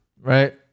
right